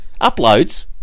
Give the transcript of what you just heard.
Uploads